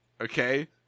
okay